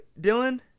Dylan